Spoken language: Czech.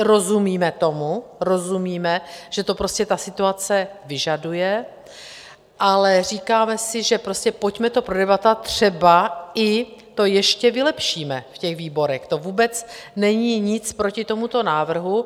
Rozumíme tomu, rozumíme, že to situace vyžaduje, ale říkáme si, že pojďme to prodebatovat, třeba i to ještě vylepšíme v těch výborech to vůbec není nic proti tomuto návrhu.